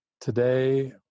Today